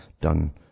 done